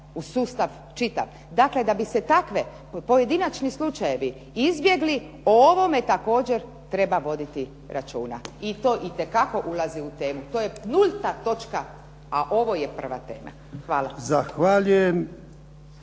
u sustav čitav. Dakle, da bi se takvi pojedinačni slučajevi izbjegli o ovome također treba voditi računa. I to itekako ulazi u temu. To je nulta točka, a ovo je prva tema. Hvala.